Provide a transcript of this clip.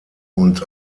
und